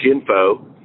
info